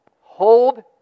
hold